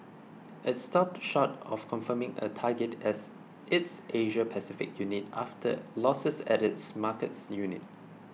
it stopped short of confirming a target as its Asia Pacific unit after losses at its markets unit